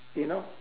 you know